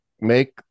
make